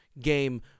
game